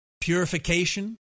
purification